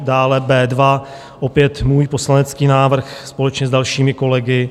Dále B2, opět můj poslanecký návrh společně s dalšími kolegy.